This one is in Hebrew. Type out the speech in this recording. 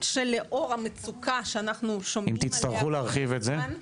לאור המצוקה שאנחנו שומעים עליה כאן,